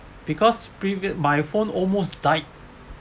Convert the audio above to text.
because previous my phone almost died